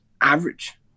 average